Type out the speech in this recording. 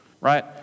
right